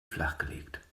flachgelegt